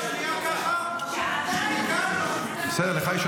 אני, ככה, בקריאה שנייה,